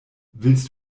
willst